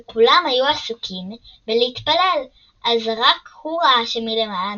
וכולם היו עסוקים בלהתפלל אז רק הוא ראה שמלמעלה,